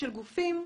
של גופים,